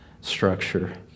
structure